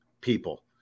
people